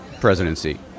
presidency